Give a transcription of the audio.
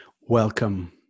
Welcome